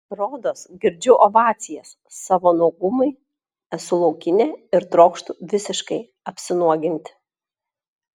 rodos girdžiu ovacijas savo nuogumui esu laukinė ir trokštu visiškai apsinuoginti